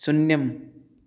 शून्यम्